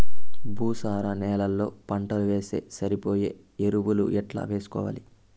భూసార నేలలో పంటలు వేస్తే సరిపోయే ఎరువులు ఎట్లా వేసుకోవాలి?